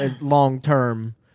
long-term